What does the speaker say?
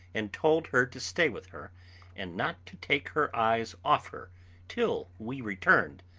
and told her to stay with her and not to take her eyes off her till we returned,